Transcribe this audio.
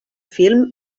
film